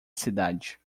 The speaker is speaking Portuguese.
cidade